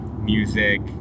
music